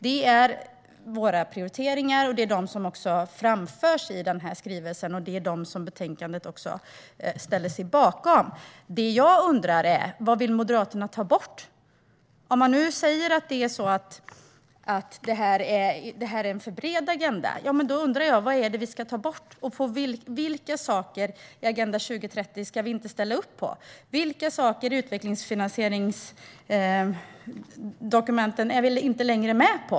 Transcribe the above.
Det är de som anges i skrivelsen och som betänkandet också ställer sig bakom. Det jag undrar är vad Moderaterna vill ta bort. Om man nu säger att det är en för bred agenda, då undrar jag vad det är vi ska ta bort. Vilka saker i Agenda 2030 ska vi inte ställa upp på? Vilka saker i utvecklingsfinansieringsdokumenten är vi inte längre med på?